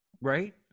Right